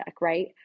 right